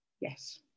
Yes